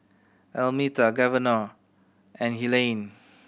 Almeta Governor and Helaine